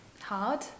hard